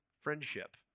Friendship